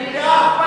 שיעבור למליאה.